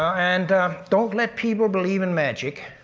and don't let people believe in magic.